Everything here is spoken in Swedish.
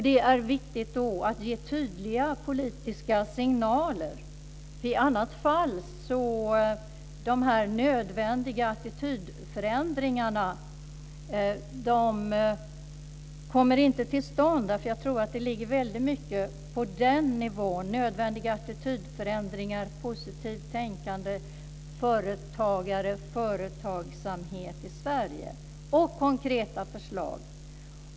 Det är då viktigt att ge tydliga politiska signaler. I annat fall kommer de nödvändiga attitydförändringarna inte till stånd. Jag tror nämligen att det ligger väldigt mycket på den nivån. Det handlar om nödvändiga attitydförändringar och positivt tänkande när det gäller företagare och företagsamhet i Sverige och om konkreta förslag.